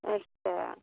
अच्छा